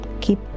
keep